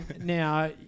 Now